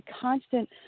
constant